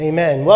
Amen